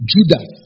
Judas